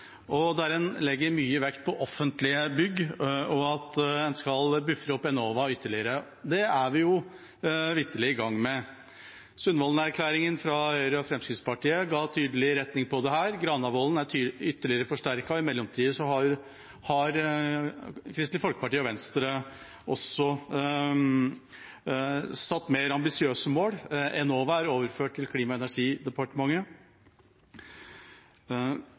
der en legger mye vekt på offentlige bygg, og at en skal bufre opp Enova ytterligere. Det er vi jo vitterlig i gang med. Sundvolden-erklæringen fra Høyre og Fremskrittspartiet ga tydelig retning på dette, Granavolden forsterket det ytterligere, og i mellomtiden har Kristelig Folkeparti og Venstre også satt mer ambisiøse mål. Enova er overført til Klima- og